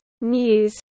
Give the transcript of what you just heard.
news